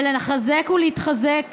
ולחזק ולהתחזק